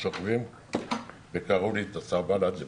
בטנק לגב וקרעו לי את הסרבל עד למטה.